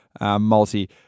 multi